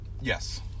Yes